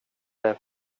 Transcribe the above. det